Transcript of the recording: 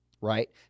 Right